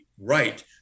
right